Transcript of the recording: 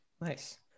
Nice